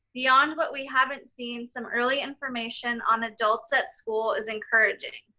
beyond what we haven't seen, some early information on adults at school is encouraging.